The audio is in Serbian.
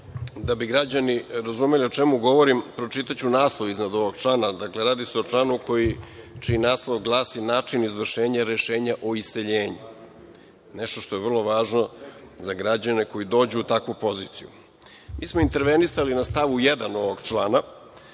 Da bi građani razumeli o čemu govorim pročitaću naslovi iznad ovog člana. Dakle, radi se o članu čiji naziv glasi – način izvršenje rešenja o iseljenju. Nešto što je vrlo važno za građane koji dođi u takvu poziciju. Mi smo intervenisali na stavu 1. ovog člana.